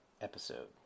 episode